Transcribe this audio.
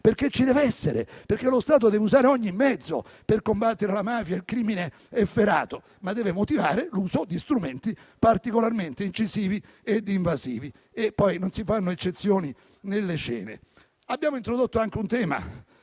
perché ci deve essere, perché lo Stato deve usare ogni mezzo per combattere la mafia e il crimine efferato. Ma deve motivare l'uso di strumenti particolarmente incisivi e invasivi e poi non si fanno eccezioni nelle cene. Abbiamo introdotto anche un tema.